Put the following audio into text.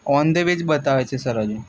on the way જ બતાવે છે સર હજુ